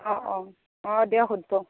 অ' অ' অ' দিয়ক সুধিব